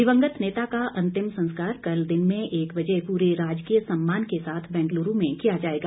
दिवंगत नेता का अंतिम संस्कार कल दिन में एक बजे पूरे राजकीय सम्मान के साथ बेंगलूरु में किया जाएगा